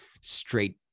straight